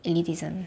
elitism